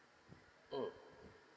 mm